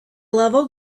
level